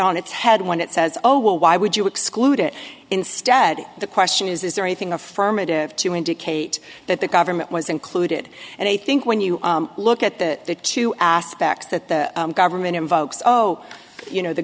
on its head when it says oh well why would you exclude it instead the question is is there anything affirmative to indicate that the government was included and i think when you look at the two aspects that the government invokes oh you know the